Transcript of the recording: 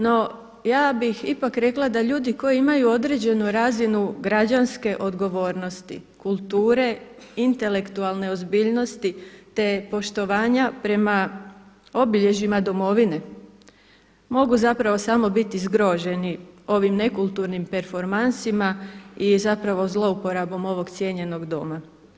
No, ja bih ipak rekla da ljudi koji imaju određenu razinu građanske odgovornosti, kulture, intelektualne ozbiljnosti te poštovanja prema obilježjima domovine mogu zapravo samo biti zgroženim ovim nekulturnim performansima i zapravo zlouporabom ovog cijenjenog doma.